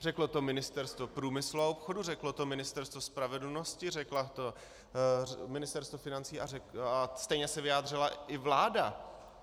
Řeklo to Ministerstvo průmyslu a obchodu, řeklo to Ministerstvo spravedlnosti, řeklo to Ministerstvo financí a stejně se vyjádřila i vláda.